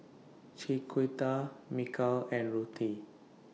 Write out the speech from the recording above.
Chiquita Mikal and Ruthe